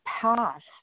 past